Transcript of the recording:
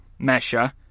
Mesha